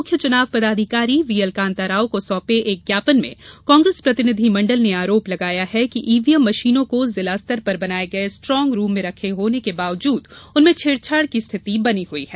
मुख्य चुनाव पदाधिकारी व्हीएल कांताराव को सौंपे एक ज्ञापन में कांग्रेस प्रतिनिधि मंडल ने आरोप लगाया है कि ईवीएम मशीनों को जिला स्तर पर बनाये गये स्ट्रांग रूम में रखे होने के बावजूद उनमें छेड़छाड़ की स्थिति बनी हुई है